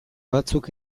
batzuk